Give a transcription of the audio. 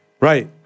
Right